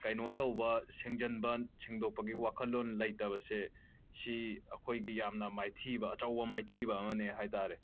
ꯀꯩꯅꯣ ꯇꯧꯕ ꯁꯦꯡꯖꯤꯟꯕ ꯁꯦꯡꯗꯣꯛꯄꯒꯤ ꯋꯥꯈꯜꯂꯣꯟ ꯂꯩꯇꯕꯁꯦ ꯑꯁꯤ ꯑꯩꯈꯣꯏꯒꯤ ꯌꯥꯝꯅ ꯃꯥꯏꯊꯤꯕ ꯑꯆꯧꯕ ꯃꯥꯏꯊꯤꯕ ꯑꯃꯅꯦ ꯍꯥꯏꯇꯥꯔꯦ